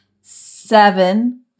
Seven